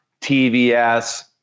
TVS